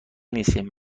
نیستیم